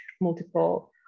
multiple